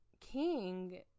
King